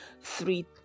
three